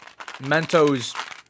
Mentos